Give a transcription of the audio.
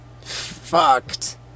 fucked